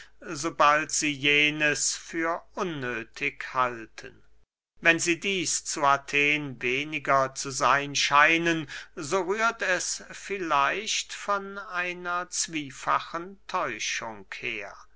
sobald sie jenes für unnöthig halten wenn sie dieß zu athen weniger zu seyn scheinen so rührt es vielleicht von einer zwiefachen täuschung her